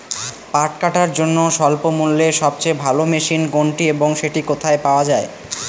পাট কাটার জন্য স্বল্পমূল্যে সবচেয়ে ভালো মেশিন কোনটি এবং সেটি কোথায় পাওয়া য়ায়?